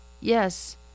Yes